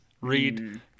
Read